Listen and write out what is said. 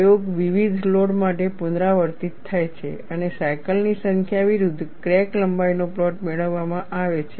પ્રયોગ વિવિધ લોડ માટે પુનરાવર્તિત થાય છે અને સાયકલની સંખ્યા વિરુદ્ધ ક્રેક લંબાઈનો પ્લોટ મેળવવામાં આવે છે